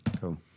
Cool